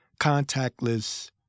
contactless